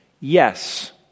Yes